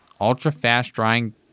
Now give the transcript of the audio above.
ultra-fast-drying